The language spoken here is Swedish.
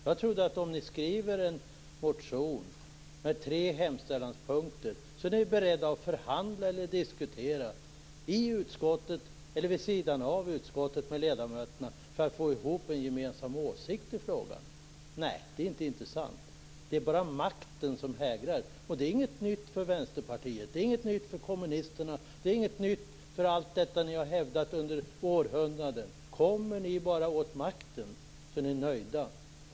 Jag trodde att eftersom ni har skrivit en motion med tre hemställanspunkter var ni beredda att förhandla eller diskutera i utskottet eller vid sidan av utskottet med ledamöterna för att få ihop en gemensam åsikt i frågan. Men det är inte intressant. Det är bara makten som hägrar. Det är inget nytt för Vänsterpartiet, det är inget nytt för kommunisterna, det är inget nytt för allt detta ni har hävdat under århundradena. Kommer ni bara åt makten är ni nöjda.